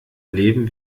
leben